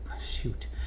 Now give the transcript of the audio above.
shoot